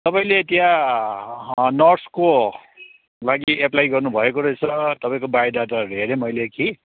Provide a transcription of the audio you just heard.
तपाईँले त्यहाँ नर्सको लागि एप्लाई गर्नुभएको रहेछ तपाईँको बायोडाटाहरू हेरेँ मैले कि